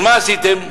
מה עשיתם?